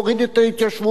להוריד את ההתיישבות,